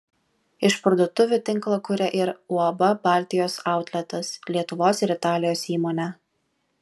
išparduotuvių tinklą kuria ir uab baltijos autletas lietuvos ir italijos įmonė